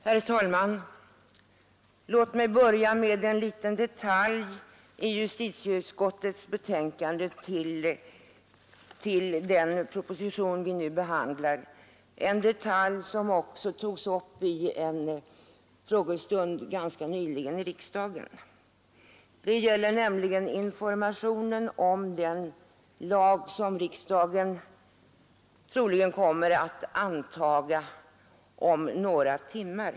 Herr talman! Låt mig börja med en liten detalj i justitieutskottets betänkande med anledning av den proposition vi nu behandlar, en detalj som nyligen togs upp vid en frågestund i riksdagen. Jag avser informationen om den lag som riksdagen troligen kommer att anta om några timmar.